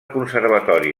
conservatori